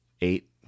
eight